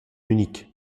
munich